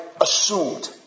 assumed